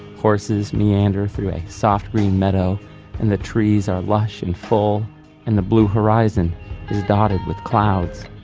horses meander through a soft green meadow and the trees are lush and full and the blue horizon is dotted with clouds